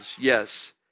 Yes